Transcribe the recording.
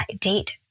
date